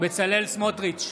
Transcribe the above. בצלאל סמוטריץ'